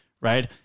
Right